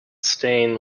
stain